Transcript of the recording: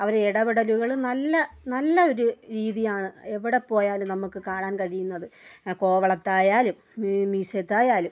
അവരുടെ ഇടപെടലുകളും നല്ല നല്ല ഒരു രീതിയാണ് എവിടെപ്പോയാലും നമുക്ക് കാണാൻ കഴിയുന്നത് കോവളത്തായാലും മീമീശത്തായാലും